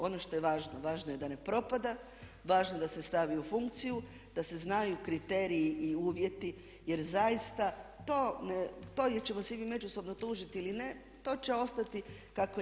Ono što je važno, važno je da ne propada, važno je da se stavi u funkciju, da se znaju kriteriji i uvjeti jer zaista to ili ćemo se mi međusobno tužiti ili ne, to će ostati kako je.